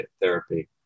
therapy